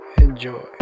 Enjoy